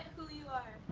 who you are.